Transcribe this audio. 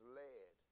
led